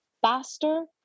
faster